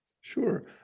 Sure